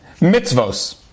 mitzvos